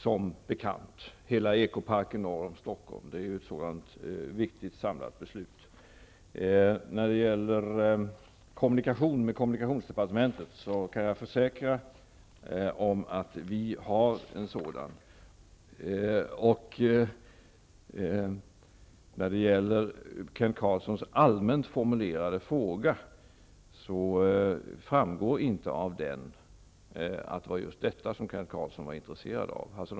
Ställningstagandet beträffande ekoparken norr om Stockholm är ett sådant viktigt samlat beslut. Vad gäller kommunikation med kommunikationsdepartementet kan jag försäkra att vi har en sådan. Av Kent Carlssons allmänt formulerade fråga framgick inte att det var just dessa detaljfrågor som han var intresserad av.